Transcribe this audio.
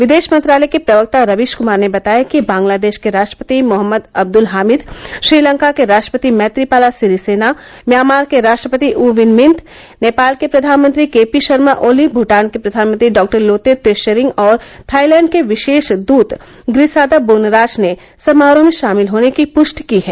विदेश मंत्रालय के प्रवक्ता रवीश कुमार ने बताया कि बंगलादेश के राष्ट्रपति मोहम्मद अद्दुल हामिद श्रीलंका के राष्ट्रपति मैत्रीपाला सिरिसेना म्यामां के राष्ट्रपति ऊ विन मिंत नेपाल के प्रधानमंत्री केपी शर्मा ओली भूटान के प्रधानमंत्री डॉ लोते लोरिंग और थाईलैंड के विशेष दूत प्रिसादा बुनराच ने समारोह में शामिल होने की पृष्टि की है